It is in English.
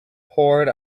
poured